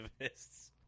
activists